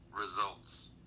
results